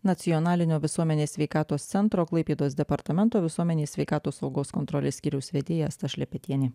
nacionalinio visuomenės sveikatos centro klaipėdos departamento visuomenės sveikatos saugos kontrolės skyriaus vedėja asta šlepetienė